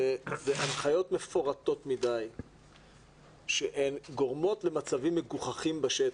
שהנחיות מפורטות מדי גורמות למצבים מגוחכים בשטח.